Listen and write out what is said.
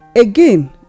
again